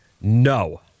No